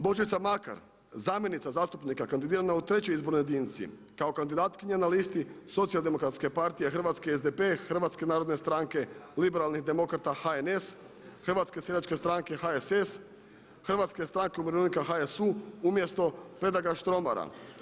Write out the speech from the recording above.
Božica Makar zamjenica zastupnika kandidirana u trećoj izbornoj jedinici kao kandidatkinja na listi Socijaldemokratske partije Hrvatske SDP, Hrvatske narodne stranke liberalnih demokrata HNS, Hrvatske seljačke stranke HSS, Hrvatske stranke umirovljenika, HSU umjesto Predraga Štromara.